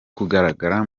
kugaragara